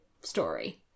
story